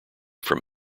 from